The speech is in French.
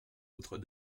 notre